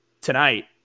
tonight